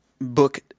book –